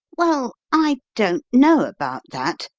well, i don't know about that,